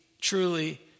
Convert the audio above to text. truly